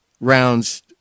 rounds